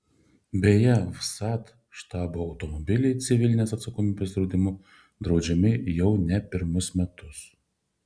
beje vsat štabo automobiliai civilinės atsakomybės draudimu draudžiami jau ne pirmus metus